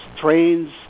trains